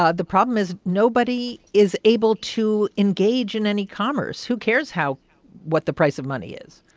ah the problem is nobody is able to engage in any commerce. who cares how what the price of money is?